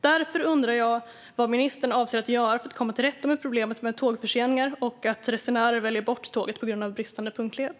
Därför undrar jag vad ministern avser att göra för att komma till rätta med problemet med tågförseningar och att resenärer väljer bort tåget på grund av bristande punktlighet?